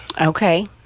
Okay